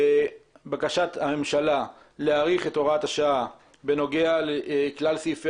בקשת הממשלה להאריך את הוראת השעה בנוגע לכלל סעיפי